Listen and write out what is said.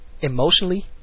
emotionally